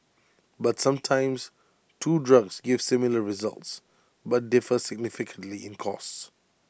but sometimes two drugs give similar results but differ significantly in costs